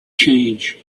change